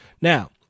Now